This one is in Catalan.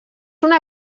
una